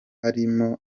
harimo